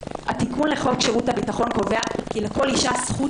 התיקון לחוק שירות הביטחון קובע כי לכל אישה זכות